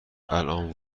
الان